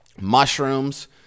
mushrooms